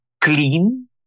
clean